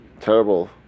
terrible